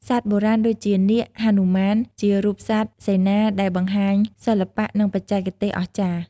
សត្វបុរាណដូចជា នាគ, ហនុមាន ជារូបសត្វសេនាដែលបង្ហាញសិល្បៈ និងបច្ចេកទេសអស្ចារ្យ។